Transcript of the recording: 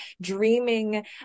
dreaming